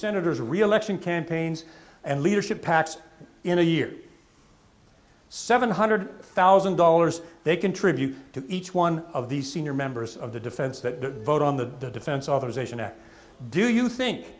senators reelection campaigns and leadership pacs in a year seven hundred thousand dollars they contribute to each one of the senior members of the defense that vote on the defense authorization act do you think